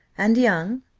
and young?